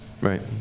Right